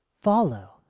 follow